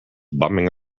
bumming